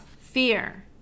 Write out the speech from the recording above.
Fear